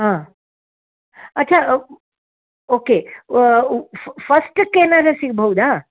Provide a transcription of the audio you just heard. ಹಾಂ ಅಚ್ಛಾ ಓಕೆ ಫಸ್ಟಕ್ಕೇನಾರೂ ಸಿಗ್ಬೌದಾ